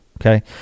Okay